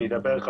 אני אדבר.